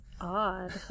odd